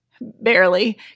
barely